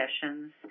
sessions